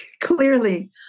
Clearly